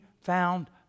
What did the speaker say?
found